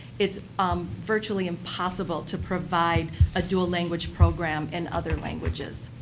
it's um virtually impossible to provide a dual language program in other languages.